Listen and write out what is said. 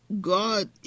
God